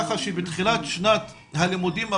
ככה שבתחילת שנת הלימודים הבאה,